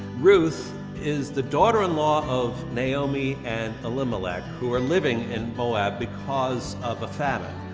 ruth is the daughter-in-law of naomi and elimelech who are living in moab because of a famine.